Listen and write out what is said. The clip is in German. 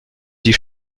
die